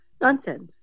nonsense